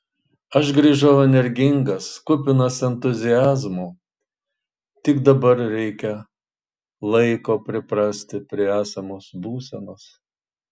aš grįžau energingas kupinas entuziazmo tik dabar reikia laiko priprasti prie esamos būsenos